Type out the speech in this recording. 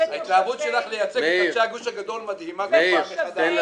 ההתלהבות שלך לייצג את אנשי הגוש הגדול מדהימה כל פעם מחדש.